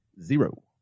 Zero